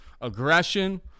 aggression